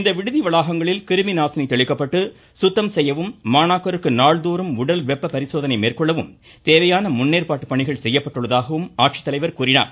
இந்த விடுதி வளாகங்களில் கிருமிநாசினி தெளிக்கப்பட்டு சுத்தம் செய்யவும் மாணாக்கருக்கு நாள்தோறும் உடல்வெப்ப பரிசோதனை மேற்கொள்ளவும் தேவையான முன்னேற்பாட்டு பணிகள் செய்யப்பட்டுள்ளதாகவும் அவர் கூறினார்